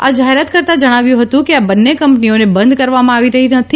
આ જાહેરાત કરતાં જણાવાયું હતું કે આ બંને કંપનીઓને બંધ કરવામાં આવી રહી નથી